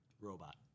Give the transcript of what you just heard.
robot